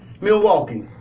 Milwaukee